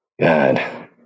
God